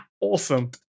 Awesome